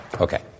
Okay